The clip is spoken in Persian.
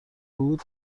بود